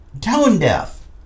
tone-deaf